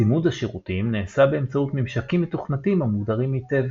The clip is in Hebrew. צימוד השירותים נעשה באמצעות ממשקים מתוכנתים המוגדרים היטב.